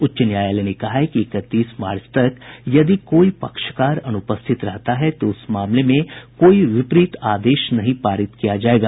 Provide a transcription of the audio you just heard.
उच्च न्यायालय ने कहा है कि इकतीस मार्च तक यदि कोई पक्षकार अनुपस्थित रहता है तो उस मामले में कोई विपरीत आदेश नहीं पारित किया जायेगा